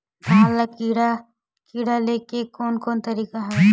धान ल कीड़ा ले के कोन कोन तरीका हवय?